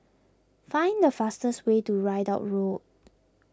find the fastest way to Ridout Road